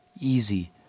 easy